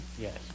Yes